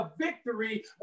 victory